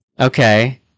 Okay